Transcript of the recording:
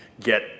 get